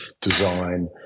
design